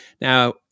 Now